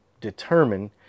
determine